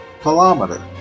kilometer